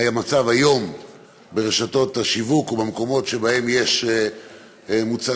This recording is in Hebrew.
היום המצב ברשתות השיווק ובמקומות שבהם יש מוצרים